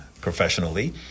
professionally